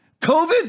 COVID